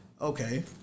okay